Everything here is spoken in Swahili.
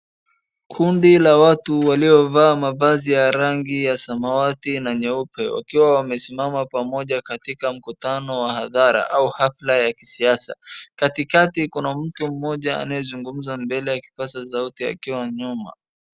Kundi la watu waliovaa mavazi ya rangi ya samawati na nyeupe wakiwa wamesimama pamoja katika mkutano wa hadhara au halfla ya kisiasa. Katikati kuna mtu mmoja anayezungumza mbele akipaza sauti nyuma.